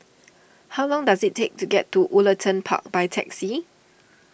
how long does it take to get to Woollerton Park by taxi